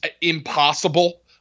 impossible